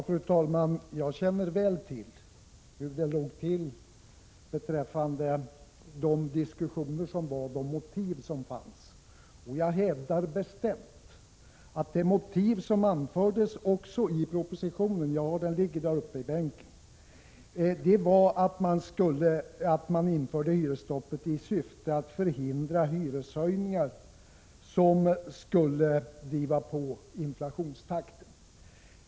Fru talman! Jag känner väl till diskussionerna och motiven vid detta tillfälle. Jag hävdar bestämt att syftet — som även anförts i propositionen, jag har den liggande på min bänk — med att införa hyresstopp var att förhindra hyreshöjningar som skulle driva på inflationstakten.